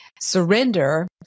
surrender